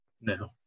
No